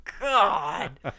God